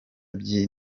by’i